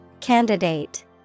Candidate